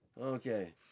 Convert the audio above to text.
okay